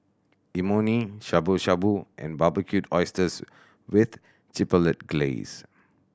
Imoni Shabu Shabu and Barbecued Oysters with Chipotle Glaze